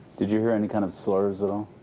did you hear any kind of slurs at all?